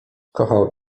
kochał